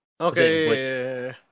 okay